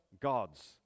God's